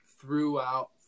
throughout